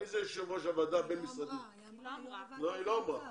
היא לא אמרה.